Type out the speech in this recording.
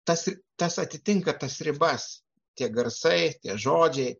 tas tas atitinka tas ribas tie garsai tie žodžiai